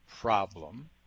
problem